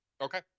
Okay